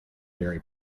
dairy